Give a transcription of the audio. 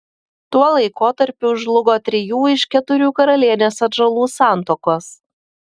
tuo laikotarpiu žlugo trijų iš keturių karalienės atžalų santuokos